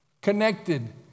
Connected